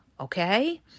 okay